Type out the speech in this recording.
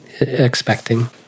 expecting